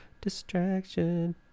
distraction